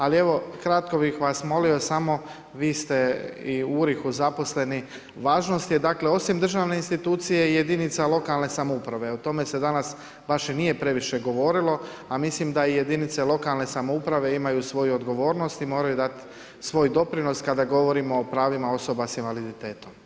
Ali kratko bih vas molio samo, vi ste i u URIHO-u zaposleni, važnost je dakle osim državne institucije i jedinica lokalne samouprave, o tome se danas baš i nije previše govorilo, a mislim da jedinice lokalne samouprave imaju svoju odgovornost i moraju dati svoj doprinos kada govorimo o pravima osoba s invaliditetom.